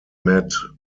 met